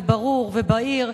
ברור ובהיר.